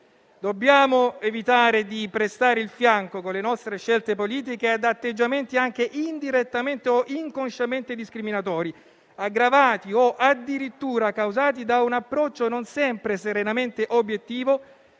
Dobbiamo evitare di prestare il fianco, con le nostre scelte politiche, ad atteggiamenti anche indirettamente o inconsciamente discriminatori, aggravati o addirittura causati da un approccio non sempre serenamente obiettivo,